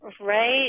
Right